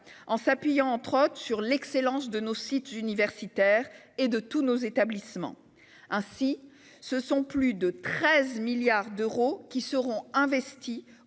en s'appuyant, entre autres, sur l'excellence de nos sites universitaires et de tous nos établissements. Ainsi, plus de 13 milliards d'euros seront investis